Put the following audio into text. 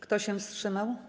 Kto się wstrzymał?